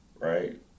Right